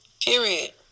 Period